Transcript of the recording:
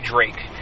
Drake